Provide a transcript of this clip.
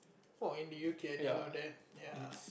!woah! in the UK I didn't know that